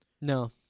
No